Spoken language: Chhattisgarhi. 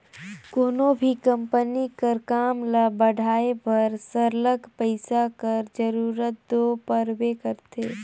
कोनो भी कंपनी कर काम ल बढ़ाए बर सरलग पइसा कर जरूरत दो परबे करथे